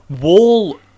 Wall